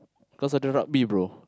because of their rugby bro